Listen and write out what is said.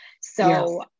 So-